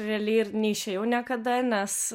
realiai ir neišėjau niekada nes